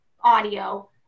audio